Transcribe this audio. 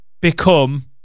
become